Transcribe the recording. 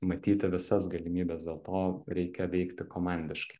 matyti visas galimybes dėl to reikia veikti komandiškai